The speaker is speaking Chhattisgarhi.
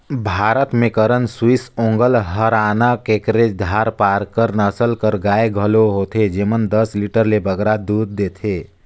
भारत में करन स्विस, ओंगोल, हराना, केकरेज, धारपारकर नसल कर गाय घलो होथे जेमन दस लीटर ले बगरा दूद देथे